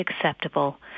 acceptable